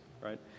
right